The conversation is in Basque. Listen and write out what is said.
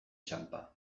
txanpa